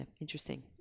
Interesting